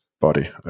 body